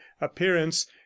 appearance